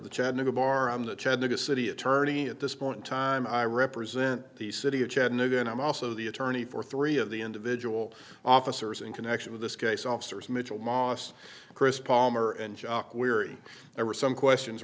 the chattanooga bar the chattanooga city attorney at this point time i represent the city of chattanooga and i'm also the attorney for three of the individual officers in connection with this case officers mitchell mosse chris palmer and jock weary there were some questions